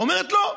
אומרים: לא.